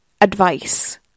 advice